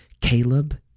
Caleb